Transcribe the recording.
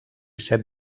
set